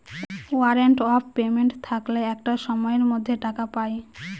warrant of payment থাকলে একটা সময়ের মধ্যে টাকা পায়